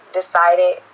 decided